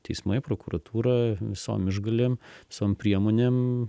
teismai prokuratūra visom išgalėm visom priemonėm